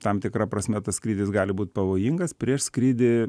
tam tikra prasme tas skrydis gali būt pavojingas prieš skrydį